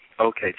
Okay